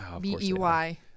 B-E-Y